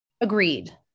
Agreed